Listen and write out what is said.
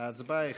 ההצבעה החלה.